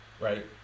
Right